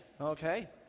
Okay